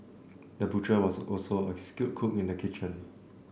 the butcher was also a skilled cook in the kitchen